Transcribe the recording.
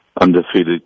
undefeated